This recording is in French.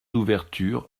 d’ouverture